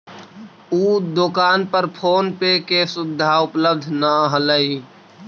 उ दोकान पर फोन पे के सुविधा उपलब्ध न हलई